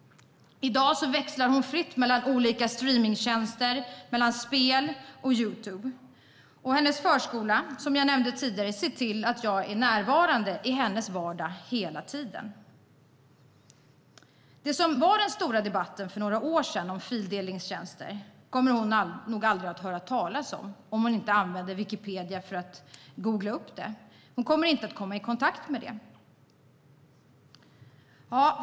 I dag växlar hon fritt mellan olika streamingtjänster, mellan spel och Youtube. Och hennes förskola, som jag nämnde tidigare, ser till att jag är närvarande i hennes vardag hela tiden. Den stora debatten för några år sedan, som handlade om fildelningstjänster, kommer hon nog aldrig att höra talas om, om hon inte googlar på det och använder Wikipedia. Hon kommer inte att komma i kontakt med det.